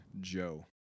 Joe